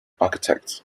architects